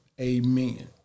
Amen